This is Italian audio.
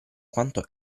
quanto